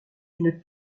une